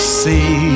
see